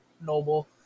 Noble